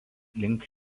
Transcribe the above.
link